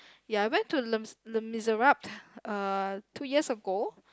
ya I went to Les Les Miserables uh two years ago